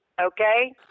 okay